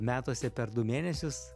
metuose per du mėnesius